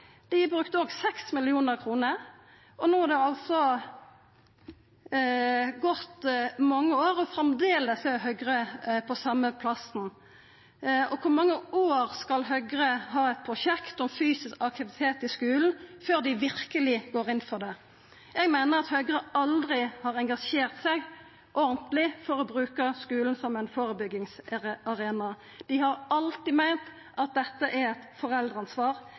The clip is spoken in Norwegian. Dei brukte 6 mill. kr. No har det gått mange år, og framleis er Høgre på same plassen. I kor mange år skal Høgre ha eit prosjekt om fysisk aktivitet i skulen før dei verkeleg går inn for det? Eg meiner at Høgre aldri har engasjert seg ordentleg for å bruka skulen som ein førebyggingsarena. Dei har alltid meint at dette er eit foreldreansvar.